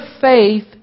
faith